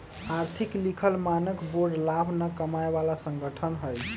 आर्थिक लिखल मानक बोर्ड लाभ न कमाय बला संगठन हइ